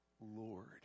Lord